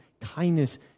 kindness